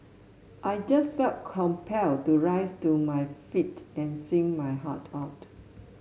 I just felt compelled to rise to my feet and sing my heart out